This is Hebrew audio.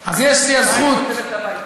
אז יש לי הזכות, הביתה.